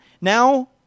now